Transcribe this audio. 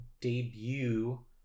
debut